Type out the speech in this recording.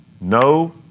no